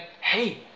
hey